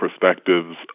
perspectives